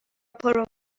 پرو